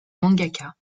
mangaka